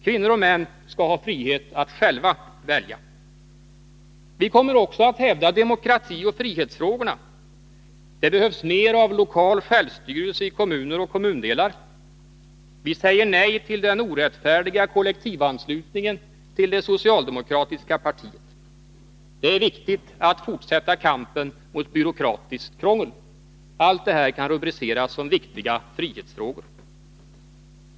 Kvinnor och män skall ha frihet att själva välja. Vi kommer också att hävda demokratioch frihetsfrågorna. Det behövs mer av lokal självstyrelse i kommuner och kommundelar. Vi säger nej till den orättfärdiga kollektivanslutningen till det socialdemokratiska partiet. Det är viktigt att fortsätta kampen mot byråkratiskt krångel. Allt detta kan rubriceras som viktiga frihetsfrågor.